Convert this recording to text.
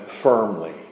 firmly